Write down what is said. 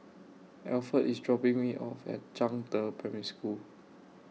Alferd IS dropping Me off At Zhangde Primary School